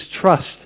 trust